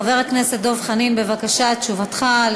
חבר הכנסת דב חנין, בבקשה, תשובתך.